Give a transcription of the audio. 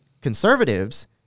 conservatives